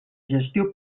gestió